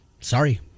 sorry